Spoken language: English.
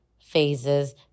phases